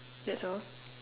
that's all